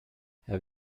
have